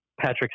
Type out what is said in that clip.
Patrick